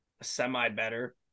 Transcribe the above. semi-better